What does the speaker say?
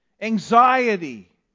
anxiety